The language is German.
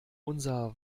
unser